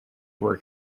were